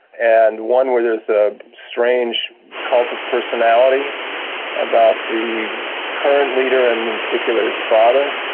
and one where there is a strange cult of personality about the current leader and in particular his father,